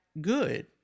good